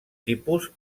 tipus